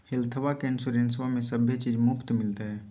हेल्थबा के इंसोरेंसबा में सभे चीज मुफ्त मिलते?